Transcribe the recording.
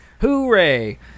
Hooray